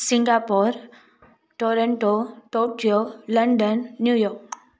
Singapore Toronto Tokyo London New York